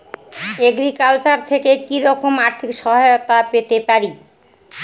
Agriculture থেকে কি রকম আর্থিক সহায়তা পেতে পারি?